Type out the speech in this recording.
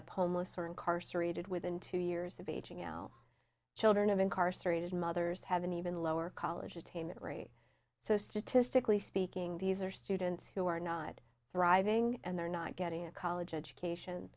up homeless or incarcerated within two years of aging l children of incarcerated mothers have an even lower college attainment rate so statistically speaking these are students who are not thriving and they're not getting a college education